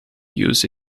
use